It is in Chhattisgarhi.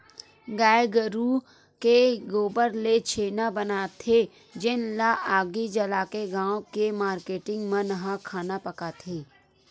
गाये गरूय के गोबर ले छेना बनाथे जेन ल आगी जलाके गाँव के मारकेटिंग मन ह खाना पकाथे